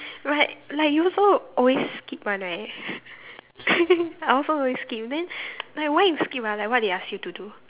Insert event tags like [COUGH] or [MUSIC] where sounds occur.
right like you also always skip one right [LAUGHS] I also always skip then like why you skip ah like what they ask you to do